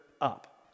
up